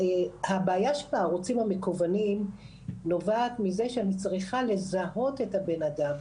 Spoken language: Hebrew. הבעיה של הערוצים המקוונים נובעת מזה שאני צריכה לזהות את הבנאדם.